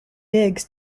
biggs